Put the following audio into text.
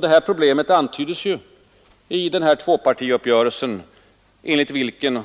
Detta problem antydes i tvåpartiuppgörelsen, enligt vilken